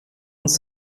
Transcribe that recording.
uns